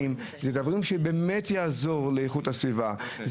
לכן לשלב את זה עם החקיקה לדעתי.